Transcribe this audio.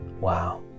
Wow